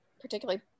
particularly